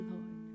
Lord